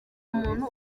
umuntu